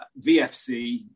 VFC